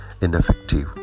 ineffective